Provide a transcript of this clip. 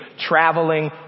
traveling